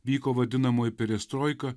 vyko vadinamoji perestroika